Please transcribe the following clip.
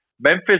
Memphis